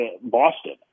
Boston